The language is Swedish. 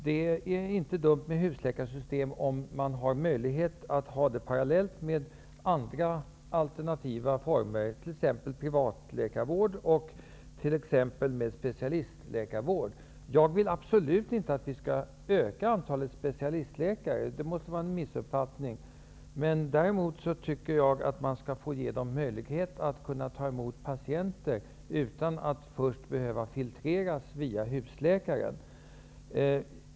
Det är inte dumt med ett husläkarsystem om man har möjlighet att ha det parallellt med andra alternativa former, t.ex. privatläkarvård med specialistläkarvård. Jag vill absolut inte att vi skall öka antalet specialistläkare. Det måste vara en missuppfattning. Däremot tycker jag att man skall få ge dem möjlighet att ta emot patienter utan att patienterna först skall behöva filtreras genom husläkaren.